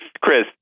Chris